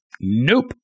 Nope